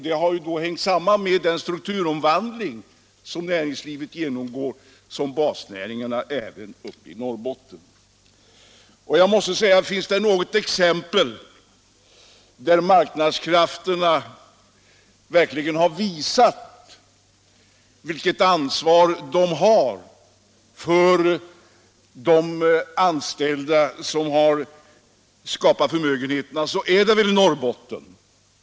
Det har hängt samman med den strukturomvandling som jordbruksnäringen genomgår. Detta gäller även basnäringarna i Norrbotten. Finns det någonstans ett exempel på att marknadskrafterna verkligen har visat vilket ansvar de har för de anställda, som skapat förmögenheterna, så är det väl i Norrbotten.